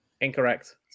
incorrect